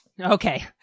Okay